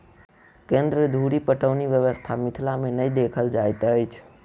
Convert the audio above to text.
केन्द्र धुरि पटौनी व्यवस्था मिथिला मे नै देखल जाइत अछि